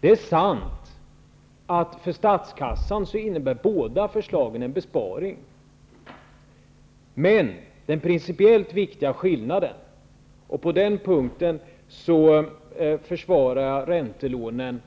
Det är sant att båda förslagen innebär en besparing för statskassan, men den principiellt viktiga skillnaden -- och på den punkten försvarar jag räntelånen